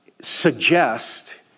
suggest